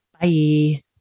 bye